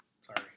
Sorry